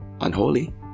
unholy